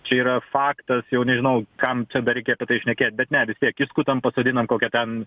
čia yra faktas jau nežinau kam čia dar reikia apie tai šnekėt bet ne vis tiek išskutam pasodinam kokią ten